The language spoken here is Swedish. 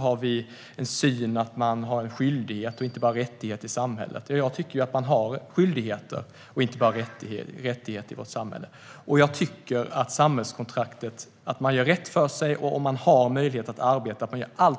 Har vi synen att man har skyldigheter och inte bara rättigheter i samhället? Jag tycker att man har skyldigheter och inte bara rättigheter i vårt samhälle. Samhällskontraktet är att man gör rätt för sig och att man om man har möjlighet att arbeta gör allt